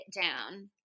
down